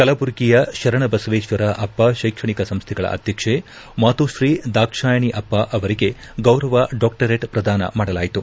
ಕಲಬುರ್ಗಿಯ ಶರಣಬಸವೇಶ್ವರ ಅಪ್ಪ ಶೈಕ್ಷಣಿಕ ಸಂಸ್ಥೆಗಳ ಅಧ್ಯಕ್ಷೆ ಮಾತೋಶ್ರೀ ದಾಕ್ಷಾಯಣಿ ಅಪ್ಪ ಅವರಿಗೆ ಗೌರವ ಡಾಕ್ಟರೇಟ್ ಪ್ರದಾನ ಮಾಡಲಾಯಿತು